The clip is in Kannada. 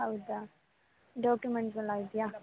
ಹೌದಾ ಡಾಕ್ಯುಮೆಂಟ್ಸ್ ಎಲ್ಲ ಇದೆಯಾ